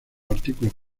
artículos